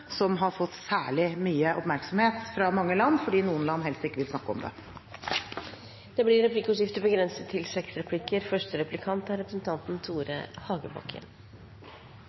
som har fått mye oppmerksomhet fra mange land, fordi noen land helst ikke vil snakke om det. Det blir replikkordskifte.